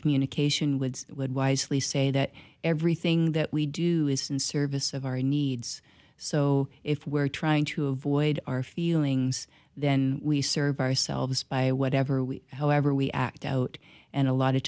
communication woods would wisely say that everything that we do is in service of our needs so if we're trying to avoid our feelings then we serve ourselves by whatever we are we act out and a lot of